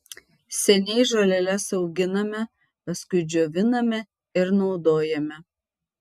seniai žoleles auginame paskui džioviname ir naudojame